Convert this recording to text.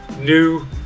new